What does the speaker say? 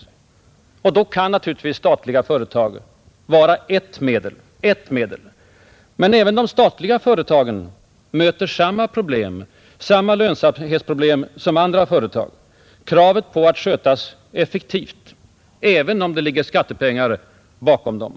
30 mars 1971 Då kan naturligtvis statliga företag vara ett medel. Men även de statliga ZE företagen möter samma lönsamhetsproblem som andra företag, kravet på Ang. erfarenheterna att skötas effektivt även om det ligger skattepengar bakom dem.